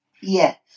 Yes